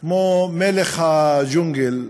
כמו מלך הג'ונגל,